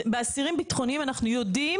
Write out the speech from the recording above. לגבי האסירים הביטחוניים - אנחנו יודעים